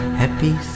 happy